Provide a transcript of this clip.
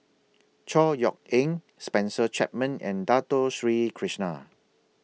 Chor Yeok Eng Spencer Chapman and Dato Sri Krishna